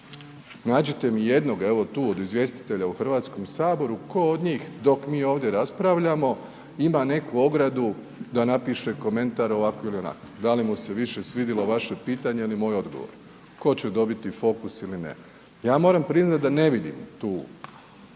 Nađite mi jednoga, evo tu od izvjestitelja u HS, tko od njih, dok mi ovdje raspravljamo, ima neku ogradu da napiše komentar ovako ili onako, da li mu se više svidilo vaše pitanje ili moj odgovor, tko će dobiti fokus ili ne. Ja moram priznat da ne vidim tu